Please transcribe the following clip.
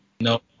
No